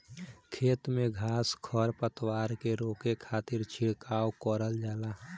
खेत में घास खर पतवार के रोके खातिर छिड़काव करल जाला